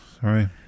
Sorry